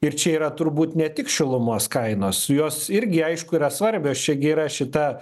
ir čia yra turbūt ne tik šilumos kainos jos irgi aišku yra svarbios čia gi yra šita